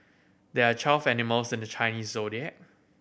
there are twelve animals in the Chinese Zodiac